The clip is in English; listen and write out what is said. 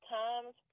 times